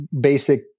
basic